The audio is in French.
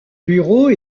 bureau